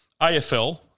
AFL